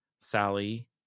Sally